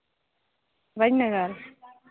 Rajnagar